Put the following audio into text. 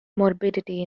morbidity